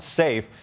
safe